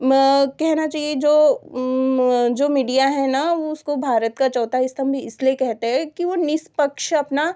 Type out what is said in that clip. मैं कहना चाहिए जो मीडिया है न वह उसको भारत का चौथा स्तम्भ भी इसलिए कहते है कि वह निष्पक्ष अपना